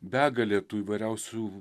begalė tų įvairiausių